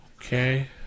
Okay